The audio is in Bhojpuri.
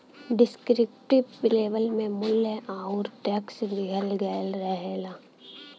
डिस्क्रिप्टिव लेबल में मूल्य आउर टैक्स दिहल गयल रहला